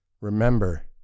remember